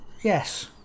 yes